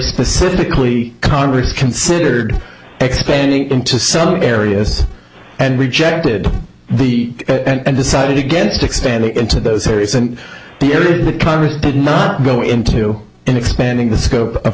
specifically congress considered expanding into some areas and rejected the at and decided against expanding into those areas and the areas that congress did not go into and expanding the scope